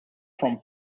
from